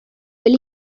will